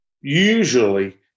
usually